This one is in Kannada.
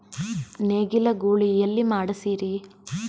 ನೇಗಿಲ ಗೂಳಿ ಎಲ್ಲಿ ಮಾಡಸೀರಿ?